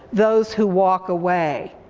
those who walk away.